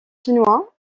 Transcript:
chinois